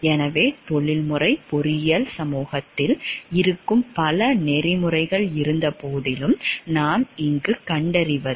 எனவே தொழில்முறை பொறியியல் சமூகத்தில் இருக்கும் பல நெறிமுறைகள் இருந்தபோதிலும் நாம் இங்கு கண்டறிவது